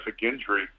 injury